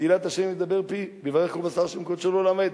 תהילת ה' ידבר פי ויברך כל בשר שם קודשו לעולם ועד.